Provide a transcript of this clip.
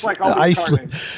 Iceland